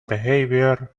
behavior